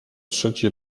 trzeci